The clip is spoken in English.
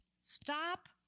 Stop